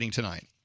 tonight